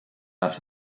out